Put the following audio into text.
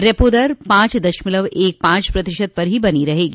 repo दर पांच दशमलव एक पांच प्रतिशत पर ही बनी रहेगी